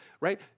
Right